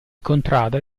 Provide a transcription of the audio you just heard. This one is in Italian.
contrada